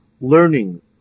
learning